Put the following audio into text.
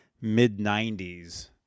mid-90s